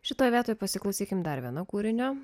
šitoje vietoj pasiklausykime dar viena kūrinio